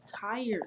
tired